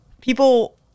people